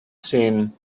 seen